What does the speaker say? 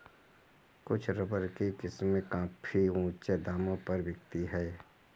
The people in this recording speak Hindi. कुछ रबर की किस्में काफी ऊँचे दामों पर बिकती है